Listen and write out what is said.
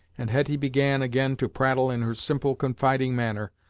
and hetty began, again, to prattle in her simple confiding manner,